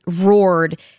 roared